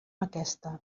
aquesta